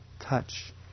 touch